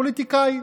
פוליטיקאים.